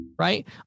Right